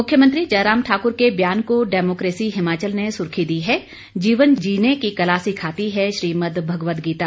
मुख्यमंत्री जयराम ठाकुर के बयान को डेमोक्रोसी हिमाचल ने सुर्खी दी है जीवन जीने की कला सिखाती है श्रीमद्भगवद् गीता